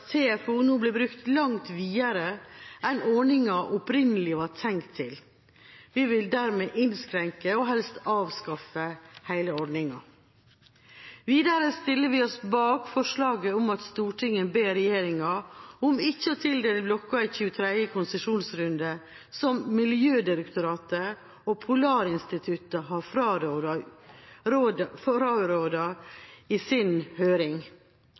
nå blir brukt langt videre enn ordningen opprinnelig var tenkt. Vi vil dermed innskrenke og helst avskaffe hele ordningen. Videre stiller vi oss bak forslaget om at Stortinget ber regjeringa om ikke å tildele blokker i 23. konsesjonsrunde, som Miljødirektoratet og Polarinstituttet har frarådet i sin høring.